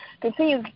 Continue